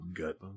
gut